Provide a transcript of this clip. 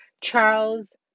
Charles